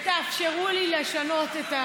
ותאפשרו לי לשנות את,